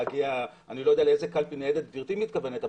אני לא יודע לאיזה קלפי ניידת גברתי מתכוונת,